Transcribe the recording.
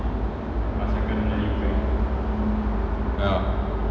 ya